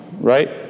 Right